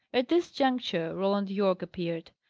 at this juncture, roland yorke appeared.